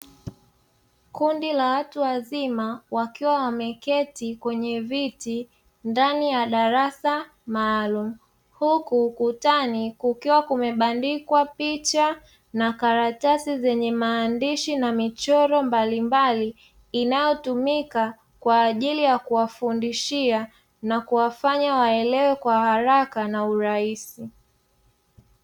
Kundi la watu wazima wakiwa wameketi kwenye viti, ndani ya darasa maalumu; huku ukutani kukiwa kumebandikwa picha na karatasi zenye maandishi na michoro mbalimbali, inayotumika kwa ajili ya kuwafundishia na kuwafanya waelewe kwa haraka na urahisi.